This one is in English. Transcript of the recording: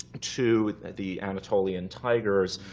to the anatolian tigers,